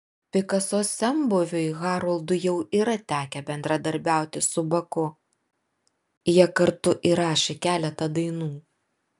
pikaso senbuviui haroldui jau yra tekę bendradarbiauti su baku jie kartu įrašė keletą dainų